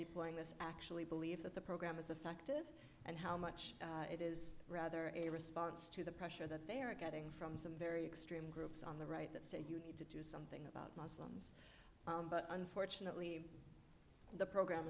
deploying this actually believe that the program is effective and how much it is rather a response to the pressure that they are getting from some very extreme groups on the right that say you need to do something about muslims unfortunately the program